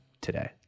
today